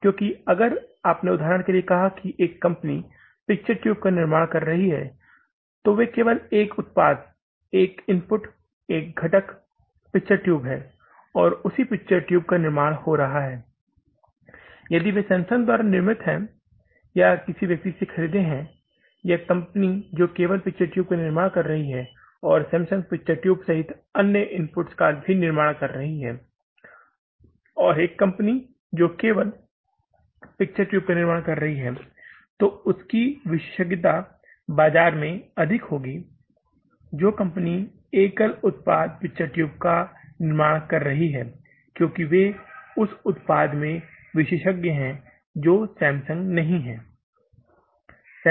क्योंकि अगर आपने उदाहरण के लिए कहा कि एक कंपनी पिक्चर ट्यूब का निर्माण कर रही है तो वे केवल एक उत्पाद एक इनपुट एक घटक पिक्चर ट्यूब है और उसी पिक्चर ट्यूब का निर्माण हो रहा है यदि वे स्वयं सैमसंग द्वारा निर्मित हैं या किसी व्यक्ति से खरीदे हैं या कंपनी जो केवल पिक्चर ट्यूब का निर्माण कर रही है और सैमसंग पिक्चर ट्यूब सहित सभी इनपुट का निर्माण कर रहा है और एक कंपनी है जो केवल पिक्चर ट्यूब का निर्माण कर रही है तो उसकी विशेषज्ञता बाजार में अधिक होगी जो कंपनी एकल उत्पाद पिक्चर ट्यूब का निर्माण कर रही है क्योंकि वे उस उत्पाद के विशेषज्ञ हैं जो कि सैमसंग नहीं है